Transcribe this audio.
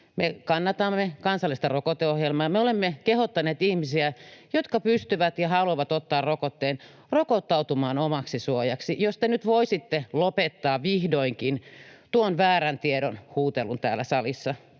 kannatamme kansallista rokotusohjelmaa, ja me olemme kehottaneet ihmisiä, jotka pystyvät ottamaan rokotteen ja haluavat ottaa sen, rokottautumaan omaksi suojaksi. Jos te nyt voisitte lopettaa vihdoinkin tuon väärän tiedon huutelun täällä salissa.